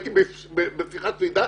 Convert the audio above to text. הייתי בשיחת ועידה,